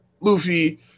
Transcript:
Luffy